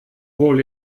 wohl